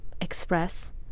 Express